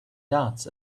doubts